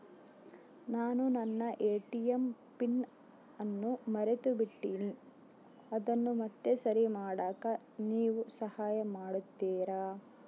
ನಾನು ನನ್ನ ATM PIN ಅನ್ನು ಮರೆತುಬಿಟ್ಟೇನಿ ಅದನ್ನು ಮತ್ತೆ ಸರಿ ಮಾಡಾಕ ನೇವು ಸಹಾಯ ಮಾಡ್ತಿರಾ?